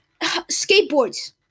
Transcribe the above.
skateboards